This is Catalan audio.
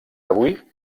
avui